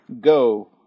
Go